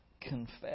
confess